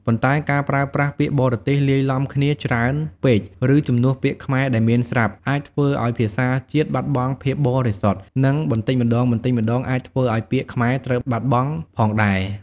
ប៉ុន្តែការប្រើប្រាស់ពាក្យបរទេសលាយឡំគ្នាច្រើនពេក ឬជំនួសពាក្យខ្មែរដែលមានស្រាប់ អាចធ្វើឱ្យភាសាជាតិបាត់បង់ភាពបរិសុទ្ធ និងបន្ដិចម្ដងៗអាចធ្វើឲ្យពាក្យខ្មែរត្រូវបាត់បង់ផងដែរ។